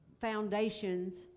foundations